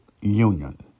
union